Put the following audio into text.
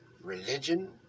religion